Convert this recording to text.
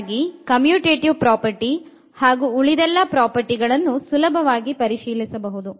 ಹಾಗಾಗಿ commutative property ಹಾಗು ಉಳಿದೆಲ್ಲ ಪ್ರಾಪರ್ಟಿ ಗಳನ್ನೂ ಸುಲಭವಾಗಿ ಪರಿಶೀಲಿಸಬಹುದು